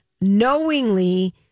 knowingly